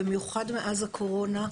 במיוחד מאז הקורונה,